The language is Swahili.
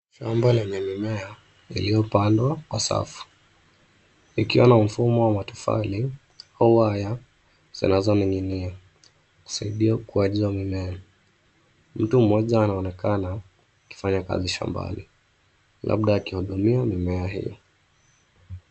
Shamba yenye mimea iliyopandwa kwa safu, ikiwa na mfumo wa matofali, waya zinazoning'inia kusaidia kusimamisha mimea. Mtu mmoja anaonekana akifanya kazi shambani labda akihudumia mimea hii.